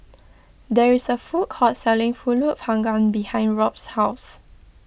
there is a food court selling Pulut Panggang behind Robt's house